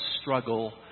struggle